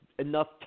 enough